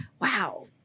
wow